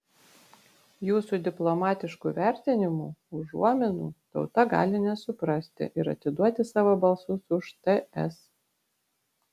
jūsų diplomatiškų vertinimų užuominų tauta gali nesuprasti ir atiduoti savo balsus už ts